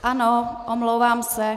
Ano, omlouvám se.